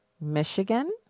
Michigan